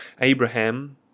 Abraham